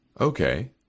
Okay